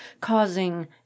causing